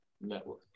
Network